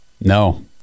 No